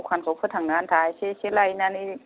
दखानखौ फोथांनो आन्था एसे एसे लायनानै